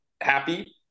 happy